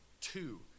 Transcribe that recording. two